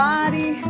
Body